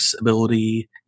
ability